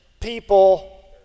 people